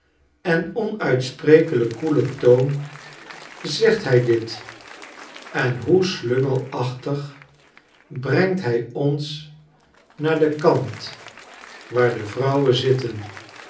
en onuitsprekeliik koelen toon zegt hij dit en hoe slungelachtig brengt hij ons naar den kant waar de vrouwen zitten